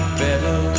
better